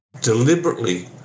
Deliberately